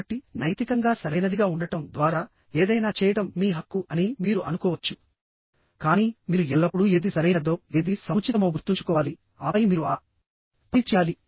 కాబట్టి నైతికంగా సరైనదిగా ఉండటం ద్వారా ఏదైనా చేయడం మీ హక్కు అని మీరు అనుకోవచ్చు కానీ మీరు ఎల్లప్పుడూ ఏది సరైనదో ఏది సముచితమో గుర్తుంచుకోవాలి ఆపై మీరు ఆ పని చేయాలి